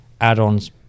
add-ons